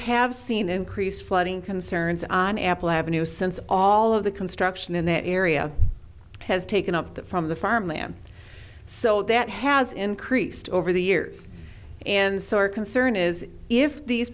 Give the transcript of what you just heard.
have seen increased flooding concerns on apple avenue since all of the construction in that area has taken up the from the farm land so that has increased over the years and so our concern is if these